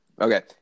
Okay